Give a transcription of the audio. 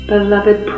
Beloved